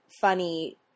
funny